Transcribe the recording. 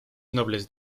nobles